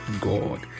god